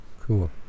cool